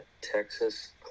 Texas